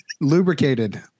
Lubricated